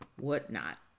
whatnot